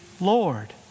Lord